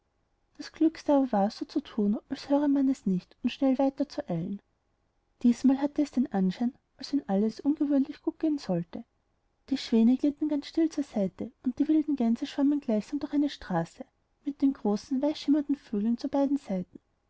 das klügste aber war so zu tun als höre man es nicht und schnellweiterzueilen diesmalhatteesdenanschein alswennallesungewöhnlichgutgehensollte die schwäne glitten ganz still zur seite und die wilden gänse schwammen gleichsam durch eine straße mit den großen weißschimmernden vögeln zu beiden seiten